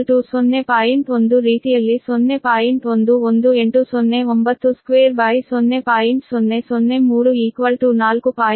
1 ರೀತಿಯಲ್ಲಿ 4